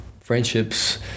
friendships